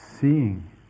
seeing